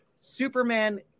superman